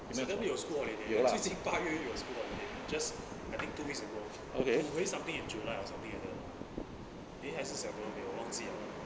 september 有 school holiday 有最近 八月有 school holiday just I think two weeks ago to waste something in july or something like that lah eh 还是 the other way around 我有没有忘记 liao lor